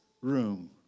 room